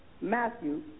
Matthew